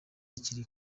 kiri